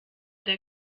der